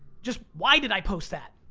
just, why did i post that?